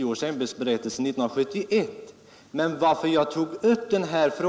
JO:s ämbetsberättelse 1971.